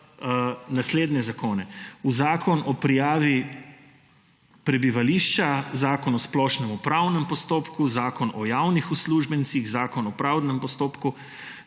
naslednje zakone: Zakon o prijavi prebivališča, Zakon o splošnem upravnem postopku, Zakon o javnih uslužbencih, Zakon o pravdnem postopku,